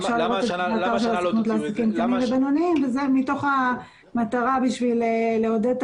זה כדי לעודד את